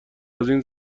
ازاین